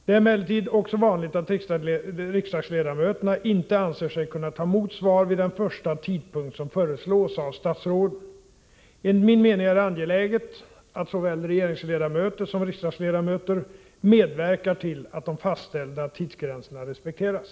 Det är emellertid också vanligt att riksdagsledamöterna inte anser sig kunna ta emot svar vid den första tidpunkt som föreslås av statsråden. Enligt min mening är det angeläget att såväl regeringsledamöter som riksdagsledamöter medverkar till att de fastställda tidsgränserna respekteras.